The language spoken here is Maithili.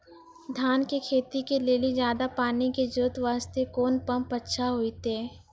धान के खेती के लेली ज्यादा पानी के जरूरत वास्ते कोंन पम्प अच्छा होइते?